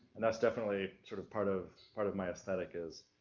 and that's definitely sort of part of, part of my aesthetic is